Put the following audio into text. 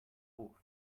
ruf